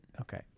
Okay